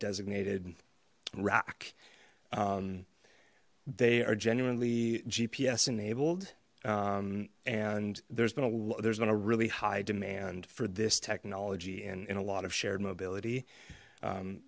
designated rack they are genuinely gps enabled and there's been a there's been a really high demand for this technology and a lot of shared mobility